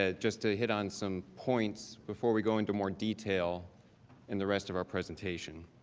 ah just to hit on some points before we go into more detail in the rest of our presentation.